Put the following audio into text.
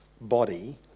body